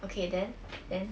okay then then